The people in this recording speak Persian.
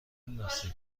لاستیک